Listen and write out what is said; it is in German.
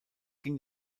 ging